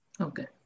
Okay